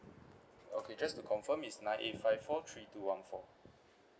okay just to confirm it's nine eight five four three two one four